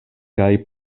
kaj